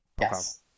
Yes